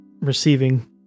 receiving